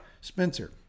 Spencer